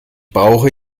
brauche